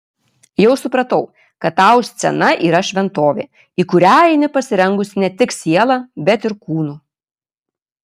jau supratau kad tau scena yra šventovė į kurią eini pasirengusi ne tik siela bet ir kūnu